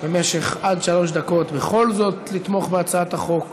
במשך עד שלוש דקות לתמוך בכל זאת בהצעת החוק,